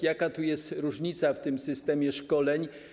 Jaka tu jest różnica w systemie szkoleń?